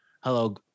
hello